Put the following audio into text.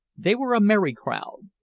they were a merry crowd.